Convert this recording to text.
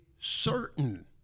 certain